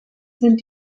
sind